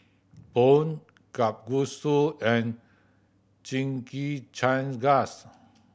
Pho Kalguksu and